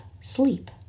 sleep